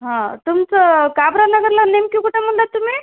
हां तुमचं काबरा नगरला नेमकं कुठे म्हणलात तुम्ही